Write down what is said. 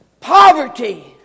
poverty